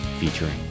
featuring